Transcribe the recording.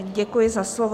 Děkuji za slovo.